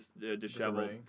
disheveled